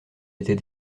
étais